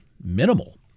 minimal